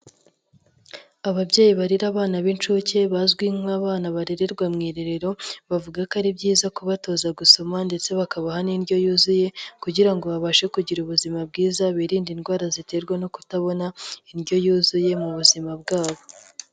Ababyeyi barera abana b'inshuke bazwi nk'abana barererwa mu irerero, bavuga ko ari byiza kubatoza gusoma ndetse bakabaha n'indyo yuzuye kugira ngo babashe kugira ubuzima bwiza biririnde indwara ziterwa no kutabona indyo yuzuye mu buzima bwabo.